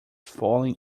fallen